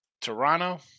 Toronto